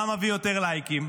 מה מביא יותר לייקים.